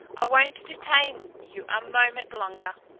i won't detain you a moment longer.